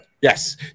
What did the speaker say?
Yes